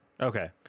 Okay